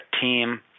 team